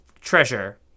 treasure